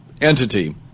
entity